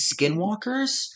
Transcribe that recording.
skinwalkers